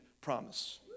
promise